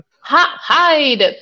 Hide